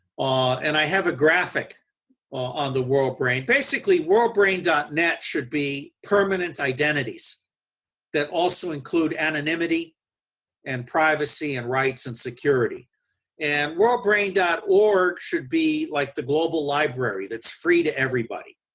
and i have a graphic on the world brain. basically worldbrain dot net should be permenent identities that also include anonymity and privacy and rights and security and worldbrain dot org should be, like the global library. it's free to everybody.